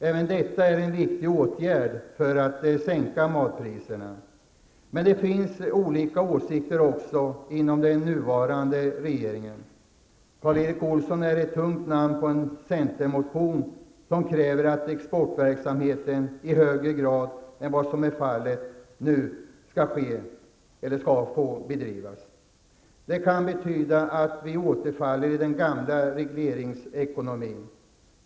Även detta är en viktig åtgärd för att sänka matpriserna. Men det finns olika åsikter också inom den nuvarande regeringen. Karl Erik Olsson är ett tungt namn på en centerpartimotion som kräver att exportverksamhet i högre grad än vad som nu är fallet skall få bedrivas. Det kan betyda att vi återfaller i den gamla regleringsekonomin.